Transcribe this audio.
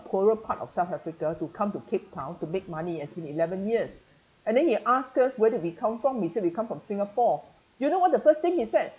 a poorer part of south africa to come to cape town to make money has been eleven years and then he ask us where did we come from we said we come from singapore you know what the first thing he said